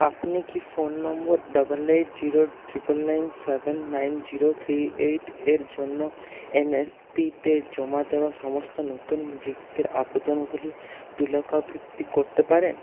আপনি কি ফোন নম্বর double eight zero triple nine seven nine zero three eight এর জন্য এন এস পিতে জমা দেওয়া সমস্ত নতুন বৃত্তির আবেদনগুলি তালিকা ভুক্তি করতে পারেন